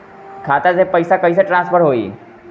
खाता से पैसा कईसे ट्रासर्फर होई?